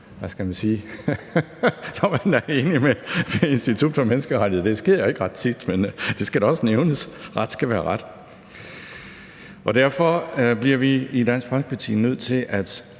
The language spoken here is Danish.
hvad man skal sige – når man er enige med Institut for Menneskerettigheder. Det sker ikke ret tit, men det skal da også nævnes – ret skal være ret. Derfor bliver vi i Dansk Folkeparti nødt til at